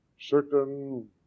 certain